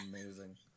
amazing